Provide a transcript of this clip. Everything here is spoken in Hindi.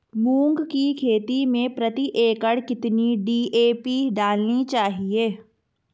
मूंग की खेती में प्रति एकड़ कितनी डी.ए.पी डालनी चाहिए?